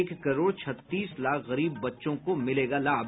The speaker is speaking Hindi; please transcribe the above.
एक करोड़ छत्तीस लाख गरीब बच्चों को मिलेगा लाभ